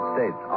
States